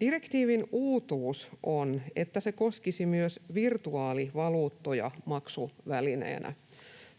Direktiivin uutuus on, että se koskisi myös virtuaalivaluuttoja maksuvälineenä.